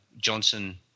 Johnson